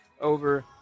over